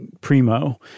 primo